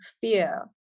fear